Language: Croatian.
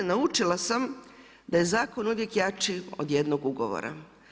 Naučila sam da je zakon uvijek jači od jednog ugovora.